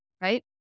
Right